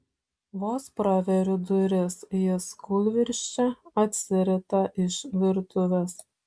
vos praveriu duris jis kūlvirsčia atsirita iš virtuvės